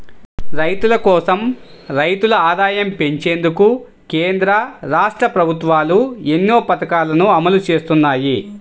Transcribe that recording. రైతుల కోసం, రైతుల ఆదాయం పెంచేందుకు కేంద్ర, రాష్ట్ర ప్రభుత్వాలు ఎన్నో పథకాలను అమలు చేస్తున్నాయి